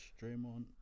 Draymond